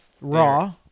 raw